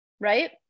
Right